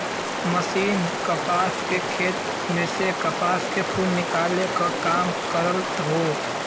machine कपास के खेत में से कपास के फूल निकाले क काम करत हौ